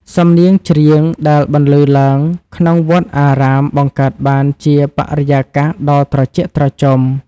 សំនៀងចម្រៀងដែលបន្លឺឡើងក្នុងវត្តអារាម បង្កើតបានជាបរិយាកាសដ៏ត្រជាក់ត្រជុំ។